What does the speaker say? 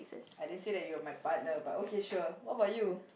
I didn't say that you are my partner but okay sure what about you